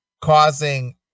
causing